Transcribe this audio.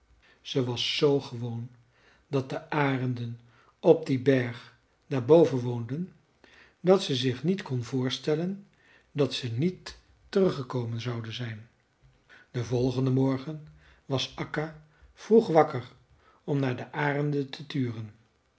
ze was zoo gewoon dat de arenden op dien berg daar boven woonden dat ze zich niet kon voorstellen dat ze niet teruggekomen zouden zijn den volgenden morgen was akka vroeg wakker om naar de arenden te turen